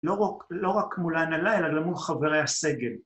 ‫לא רק... לא רק מולן הלילה, ‫אלא מול חברי הסגל.